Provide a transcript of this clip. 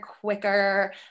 quicker